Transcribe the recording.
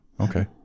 Okay